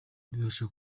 bifasha